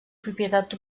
propietat